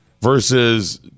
versus